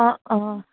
অঁ অঁ